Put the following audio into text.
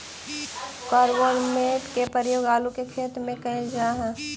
carbamate के प्रयोग आलू के खेत में कैल जा हई